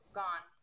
gone